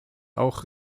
auch